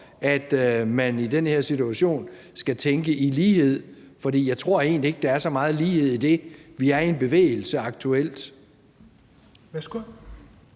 at man i den her situation skal tænke i lighed? For jeg tror egentlig ikke, der er så meget lighed i det. Vi er i en bevægelse aktuelt.